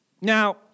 Now